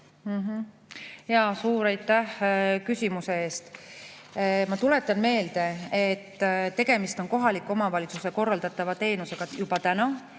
olema? Suur aitäh küsimuse eest! Ma tuletan meelde, et tegemist on kohaliku omavalitsuse korraldatava teenusega – juba